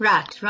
Right